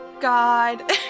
god